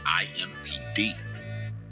IMPD